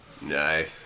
Nice